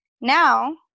now